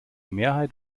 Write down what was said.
mehrheit